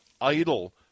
idle